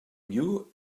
knew